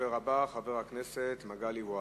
הדובר הבא הוא חבר הכנסת מגלי והבה.